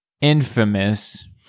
infamous